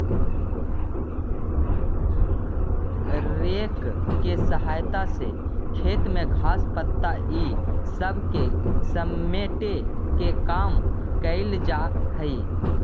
rake के सहायता से खेत में घास, पत्ता इ सब के समेटे के काम कईल जा हई